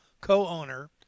co-owner